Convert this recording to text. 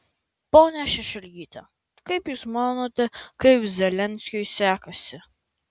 ponia šešelgyte kaip jūs manote kaip zelenskiui sekasi